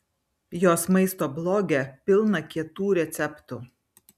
jos maisto bloge pilna kietų receptų